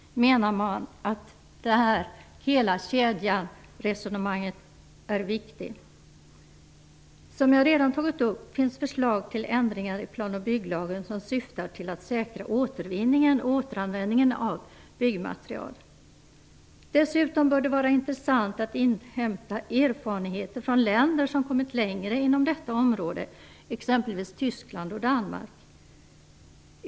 Man menar att hela kedjeresonemanget är viktigt. Som jag redan tagit upp finns det förslag till ändringar i plan och bygglagen, vilka syftar till att säkra återvinningen och återanvändningen av byggmaterial. Dessutom bör det vara intressant att inhämta erfarenheter från länder som kommit längre inom detta område, exempelvis Tyskland och Danmark.